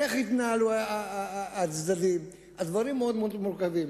איך יתנהלו הצדדים, הדברים מאוד מורכבים.